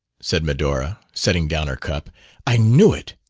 said medora, setting down her cup i knew it!